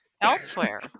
elsewhere